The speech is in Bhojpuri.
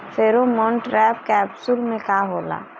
फेरोमोन ट्रैप कैप्सुल में का होला?